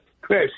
Chris